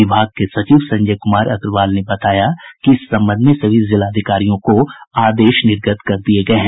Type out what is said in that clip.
विभाग के सचिव संजय कुमार अग्रवाल ने बताया कि इस संबंध में सभी जिलाधिकारियों को आदेश निर्गत कर दिये गये हैं